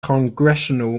congressional